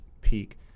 peak